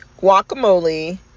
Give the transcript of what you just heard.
guacamole